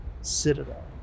citadel